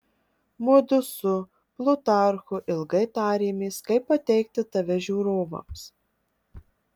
mudu su plutarchu ilgai tarėmės kaip pateikti tave žiūrovams